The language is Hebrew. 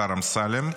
השר אמסלם,